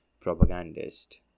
propagandist